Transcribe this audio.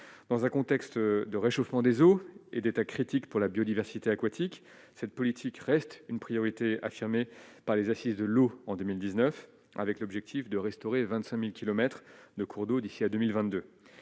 Dans un contexte de réchauffement des eaux et d'état critique pour la biodiversité aquatique, cette politique reste une priorité affirmée par les assises de l'eau en 2019, avec l'objectif de restaurer 25000 kilomètres de cours d'eau d'ici à 2022,